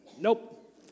Nope